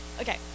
okay